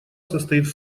состоит